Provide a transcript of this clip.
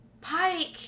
Pike